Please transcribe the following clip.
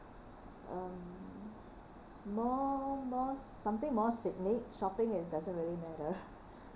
um more more something more scenic shopping it doesn't really matter